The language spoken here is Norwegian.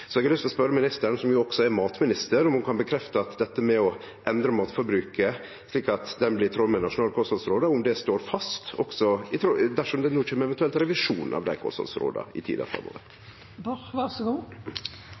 Så eg har lyst til å spørje ministeren, som jo også er matminister, om ho kan bekrefte at dette med å endre matforbruket slik at det blir i tråd med dei nasjonale kosthaldsråda, står fast, også dersom det no eventuelt kjem ein revisjon av dei kosthaldsråda i tida